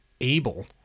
able